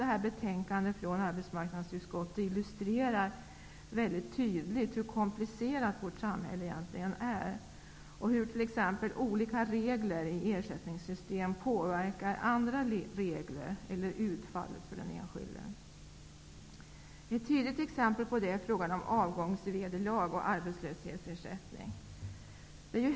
Det här betänkandet från arbetsmarknadsutskottet illustrerar tydligt hur komplicerat vårt samhälle egentligen är och hur t.ex. olika regler i ersättningssystem påverkar andra regler eller utfallet för den enskilde. Ett tydligt exempel på detta är frågan om avgångsvederlag och arbetslöshetsersättning.